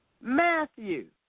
Matthew